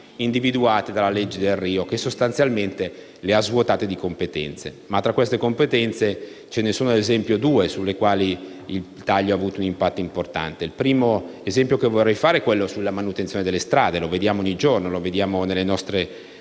individuate dalla legge Delrio, che, sostanzialmente, le ha svuotate di competenze. Ma, tra queste competenze ce ne sono - ad esempio - due sulle quali il taglio ha un impatto importante. Il primo esempio che vorrei fare è la manutenzione delle strade: vediamo ogni giorno, nelle nostre